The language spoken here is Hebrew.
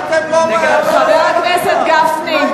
חבר הכנסת גפני.